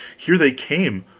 here they came,